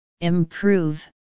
improve